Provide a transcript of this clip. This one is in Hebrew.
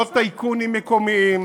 חברות ענק בין-לאומיות, לא טייקונים מקומיים,